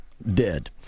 dead